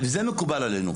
זה מקובל עלינו.